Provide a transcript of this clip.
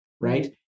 Right